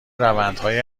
روندهای